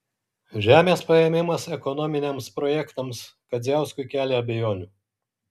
žemės paėmimas ekonominiams projektams kadziauskui kelia abejonių